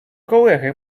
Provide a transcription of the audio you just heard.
колеги